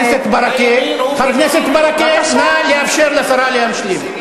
חבר הכנסת ברכה, נא לאפשר לשרה להמשיך.